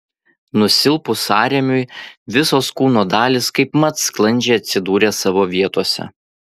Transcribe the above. nusilpus sąrėmiui visos kūno dalys kaipmat sklandžiai atsidūrė savo vietose